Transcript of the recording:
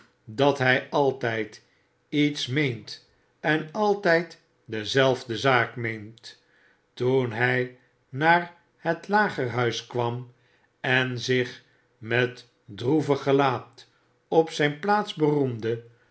dat hy altyd iets meent en altyd dezelfde zaak meent toen hij naar het lager huis kwam en zich met droevig gelaat op zijn plaats beroemde